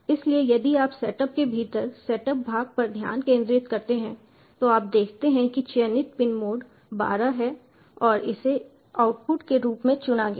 इसलिए यदि आप सेटअप के भीतर सेटअप भाग पर ध्यान केंद्रित करते हैं तो आप देखते हैं कि चयनित पिन मोड 12 है और इसे आउटपुट के रूप में चुना गया है